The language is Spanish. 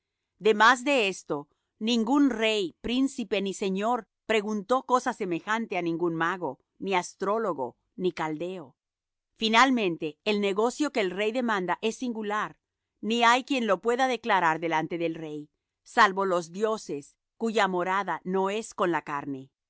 demás de esto ningún rey príncipe ni señor preguntó cosa semejante á ningún mago ni astrólogo ni caldeo finalmente el negocio que el rey demanda es singular ni hay quien lo pueda declarar delante del rey salvo los dioses cuya morada no es con la carne